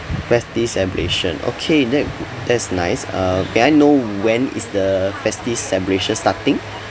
festive celebration okay that that's nice uh may I know when is the festive celebration starting